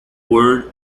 ward